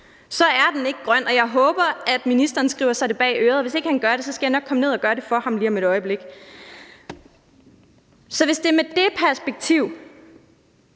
er den ikke grøn, og jeg håber, at ministeren skriver sig det bag øret, og hvis ikke han gør det, skal jeg nok komme ned og gøre det for ham lige om et øjeblik. Så hvis det er med det perspektiv,